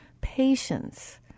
patience